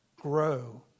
grow